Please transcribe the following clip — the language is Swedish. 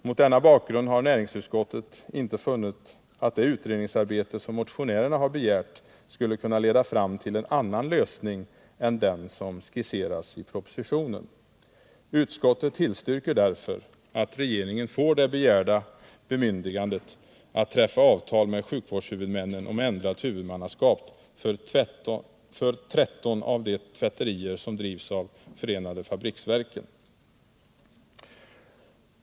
Mot denna bakgrund har näringsutskottet inte funnit att det utredningsarbete som motionärerna har begärt skulle kunna leda fram till en annan lösning än den som skisseras i propositionen. Utskottet tillstyrker därför att regeringen får det begärda bemyndigandet att träffa avtal med sjukvårdshuvudmännen om ändrat huvudmannaskap för 13 av de tvätterier som drivs av förenade fabriksverken.